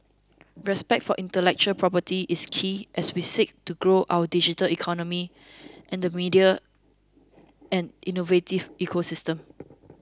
respect for intellectual property is key as we seek to grow our digital economy and the media and innovative ecosystems